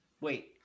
Wait